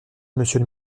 monsieur